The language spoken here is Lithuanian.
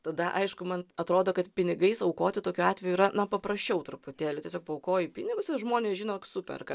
tada aišku man atrodo kad pinigais aukoti tokiu atveju yra paprasčiau truputėlį tiesiog paaukoji pinigus ir žmonės žinok superka